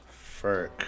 Ferk